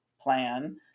plan